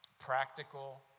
Practical